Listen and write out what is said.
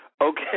Okay